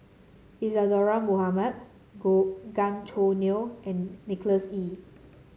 Isadhora Mohamed Gan Choo Neo and Nicholas Ee